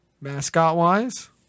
Mascot-wise